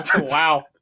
Wow